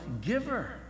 giver